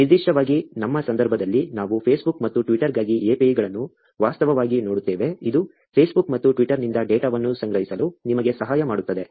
ನಿರ್ದಿಷ್ಟವಾಗಿ ನಮ್ಮ ಸಂದರ್ಭದಲ್ಲಿ ನಾವು Facebook ಮತ್ತು Twitter ಗಾಗಿ API ಗಳನ್ನು ವಾಸ್ತವವಾಗಿ ನೋಡುತ್ತೇವೆ ಇದು Facebook ಮತ್ತು Twitter ನಿಂದ ಡೇಟಾವನ್ನು ಸಂಗ್ರಹಿಸಲು ನಿಮಗೆ ಸಹಾಯ ಮಾಡುತ್ತದೆ